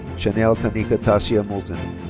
shanelle tanika-tasia moulton.